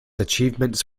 achievements